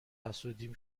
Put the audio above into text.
حسودیم